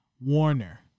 Warner